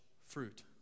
fruit